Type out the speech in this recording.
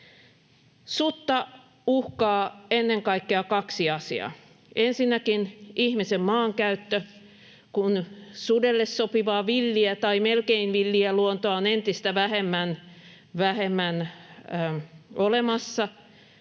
Sutta uhkaa ennen kaikkea kaksi asiaa. Ensinnäkin ihmisen maankäyttö: kun sudelle sopivaa villiä tai melkein villiä luontoa on entistä vähemmän olemassa,